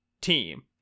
team